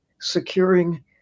Securing